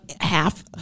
half